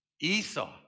Esau